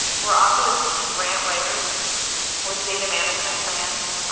we're also assisting grant writers with data management plans.